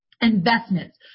investments